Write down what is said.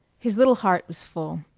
his little heart was full.